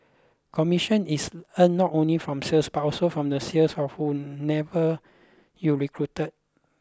commission is earned not only from sales but also from the sales of whomever you recruited